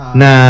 na